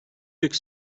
büyük